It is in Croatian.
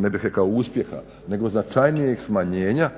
ne bih rekao uspjeha nego značajnijeg smanjenja.